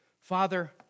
Father